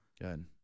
Good